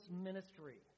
ministry